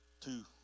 two